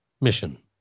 mission